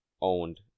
owned